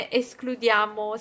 escludiamo